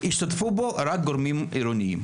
השתתפו בו רק גורמים עירוניים.